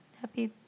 happy